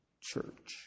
church